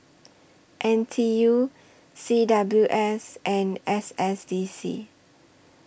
N T U C W S and S S D C